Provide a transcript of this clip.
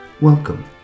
Welcome